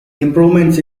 improvements